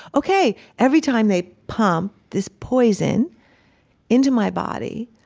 okay, every time they pump this poison into my body,